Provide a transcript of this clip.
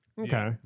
Okay